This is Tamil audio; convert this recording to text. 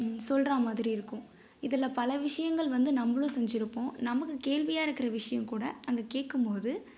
சொல்கிறா மாதிரி இருக்கும் இதில் பல விஷயங்கள் வந்து நம்மளும் செஞ்சுருப்போம் நமக்கு கேள்வியாக இருக்கிற விஷயம் கூட அங்கே கேட்கும் போது